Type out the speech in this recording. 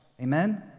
Amen